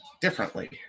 differently